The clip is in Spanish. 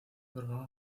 propaga